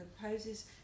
poses